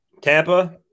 Tampa